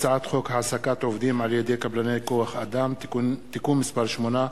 הצעת חוק העסקת עובדים על-ידי קבלני כוח-אדם (תיקון מס' 8),